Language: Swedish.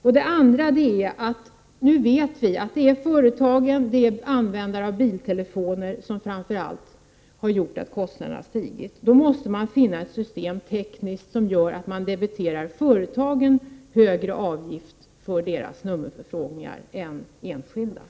Nu vet vi emellertid att det är företagen, det är framför allt användare av biltelefoner, som har gjort att kostnaderna har stigit. Man måste då rent tekniskt finna ett system som gör att man kan debitera företagen högre avgifter för deras nummerförfrågningar än för de enskildas.